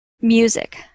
music